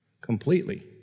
completely